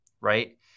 right